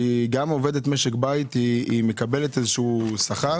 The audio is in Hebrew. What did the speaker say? כי גם עובדת משק בית מקבלת איזשהו שכר.